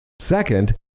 Second